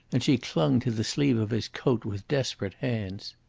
and she clung to the sleeve of his coat with desperate hands.